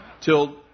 Till